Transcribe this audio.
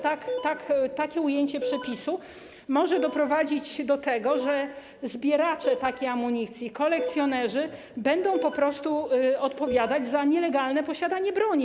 Takie ujęcie przepisu może doprowadzić do tego, że zbieracze takiej amunicji, kolekcjonerzy, będą po prostu odpowiadać za nielegalne posiadanie broni.